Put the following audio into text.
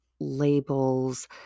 labels